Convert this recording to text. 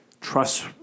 trust